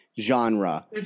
genre